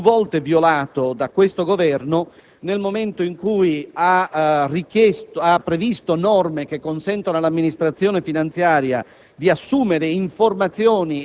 in realtà, è stato più volte violato da questo Governo, nel momento in cui ha previsto norme che consentono all'Amministrazione finanziaria